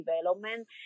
development